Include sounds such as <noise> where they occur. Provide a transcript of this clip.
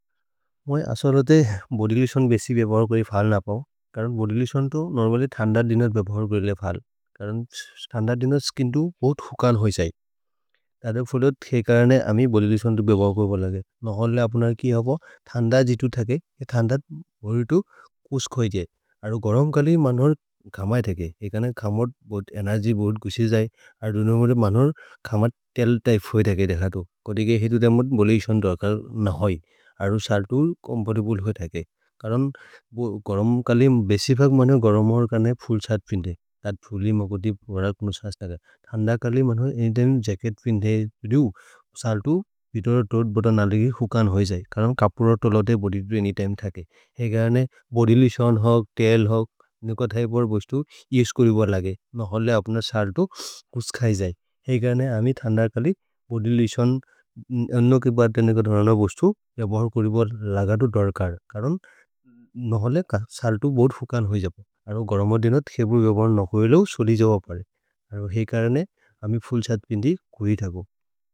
मोइ अस्वरते बोधिग्लिसोन् बेसि बेप कोइ फल् न पओ, करुन् बोधिग्लिसोन् तो नोर्मल्य् थन्दार् दिनर् बेप कोइ ले फल्। करुन् थन्दार् दिनर् स्किन्तु बोत् हुकल् होइसै। तदे पो दो धे करने अमि बोधिग्लिसोन् तो बेप कोइ पो लगे। नहोल् ले अपुनर् की अपो थन्दार् जितु थके, हि थन्दार् बोधितु उस्खोज्जे। अधो गरोम् कलि मन्होर् कमैते तेके, एकने कमैते बोत् एनेर्ग्य् बोत् कुसिजै। अधो नोमोरे मन्होर् कमैते तेल् तेके तेके देकतो। कोरिगे हि तु धे मोध् बोल्हिग्लिसोन् तोअकल् नहोइ। अधो सल्तो कोम्परिपुल् होइ थके। करुन् <hesitation> गरोम् कलि बेसि फेक् मन्हो गरोम् होर् करने फुल् सात् फेन्दे। तदे फुलि मकोदि वरक् नुसस् तक। थन्दार् कलि मन्होर् एकने जच्केत् फेन्दे। सल्तो बितोरोतोत् बोतनलिगे हुकल् होइसै। करुन् कपुरोतोलोते बोधिग्लिसोन् तो अन्य् तिमे थके। हेगेअने बोधिग्लिसोन् होअक्, तेल् होअक्, नुकत् हैपर् बोहिस्तु, हि स्कोरिबर् लगे। नहोल् ले अपुनर् सल्तो उस्खैजै। हेगेअने अमि थन्दार् कलि बोधिग्लिसोन् अन्नोकिपर् तेल् नुकत् मन्होर् बोहिस्तु, हि स्कोरिबर् लगे तो दूर्कर्। करुन् नहोल् ले सल्तो बोत् फुकन् होइसै। अधो गरोम् ओदिनोत् हेबु यबर् नहोइ लो सोलि जबपरे। हेगेअने अमि फुल् सात् फेन्दे कुइ थगो।